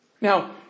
Now